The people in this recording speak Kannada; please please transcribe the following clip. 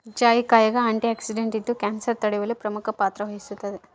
ಜಾಯಿಕಾಯಾಗ ಆಂಟಿಆಕ್ಸಿಡೆಂಟ್ ಇದ್ದು ಕ್ಯಾನ್ಸರ್ ತಡೆಯುವಲ್ಲಿ ಪ್ರಮುಖ ಪಾತ್ರ ವಹಿಸುತ್ತದೆ